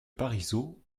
parisot